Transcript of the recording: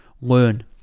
Learn